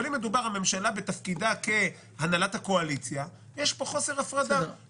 אבל אם מדובר על ממשלה בתפקידה כהנהלת הקואליציה יש פה חוסר הפרדה.